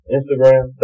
Instagram